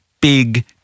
big